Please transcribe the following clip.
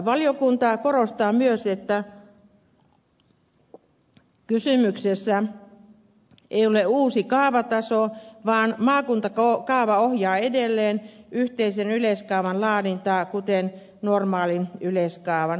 valiokunta korostaa myös että kysymyksessä ei ole uusi kaavataso vaan maakuntakaava ohjaa edelleen yhteisen yleiskaavan laadintaa kuten normaalin yleiskaavan